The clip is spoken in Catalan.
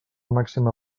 màxima